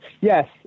yes